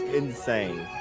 insane